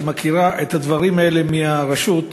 שמכירה את הדברים האלה מהרשות,